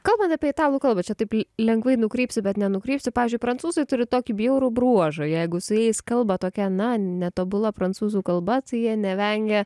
kalbant apie italų kalba čia taip lengvai nukrypsiu bet nenukrypsiu pavyzdžiui prancūzai turi tokį bjaurų bruožą jeigu su jais kalba tokia na netobula prancūzų kalba tai jie nevengia